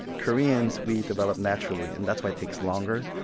koreans, we develop naturally, and that's why it takes longer.